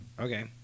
Okay